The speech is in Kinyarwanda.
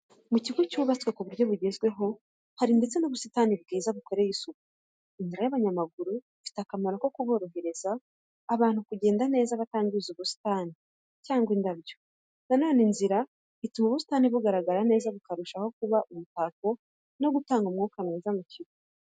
Mu kigo cyubatswe ku buryo bugezweho, hari ndetse n'ubusitani bwiza bukoreye isuku. Inzira y’abanyamaguru ifite akamaro ko korohereza abantu kugenda neza batangiza ubusitani cyangwa indabyo. Na none iyo nzira ituma ubusitani bugaragara neza bukarushaho kuba umutako no gutanga umwuka mwiza mu kigo.